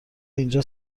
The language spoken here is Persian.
اینجا